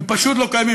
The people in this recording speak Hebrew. הם פשוט לא קיימים.